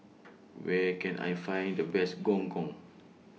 Where Can I Find The Best Gong Gong